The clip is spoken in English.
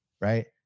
Right